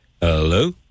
Hello